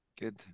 Good